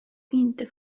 inte